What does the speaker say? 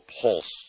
pulse